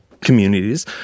communities